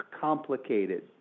complicated